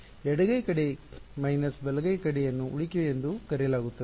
ಎಡಗೈ ಕಡೆ ಮೈನಸ್ ಬಲಗೈ ಕಡೆ ಯನ್ನು ಉಳಿಕೆ ಎಂದು ಕರೆಯಲಾಗುತ್ತದೆ